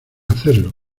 hacerlo